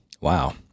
Wow